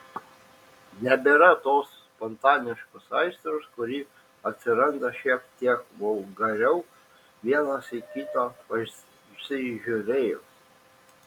nebėra tos spontaniškos aistros kuri atsiranda šiek tiek vulgariau vienas į kitą pasižiūrėjus